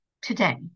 today